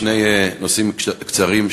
שני נושאים קצרים,